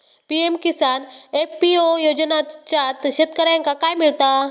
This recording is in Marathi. पी.एम किसान एफ.पी.ओ योजनाच्यात शेतकऱ्यांका काय मिळता?